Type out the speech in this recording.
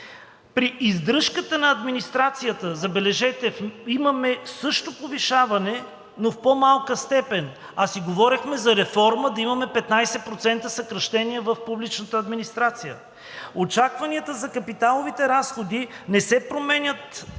При издръжката на администрацията, забележете, имаме също повишаване, но в по-малка степен, а си говорехме за реформа да имаме 15% съкращение в публичната администрация. Очакванията за капиталовите разходи не се променят,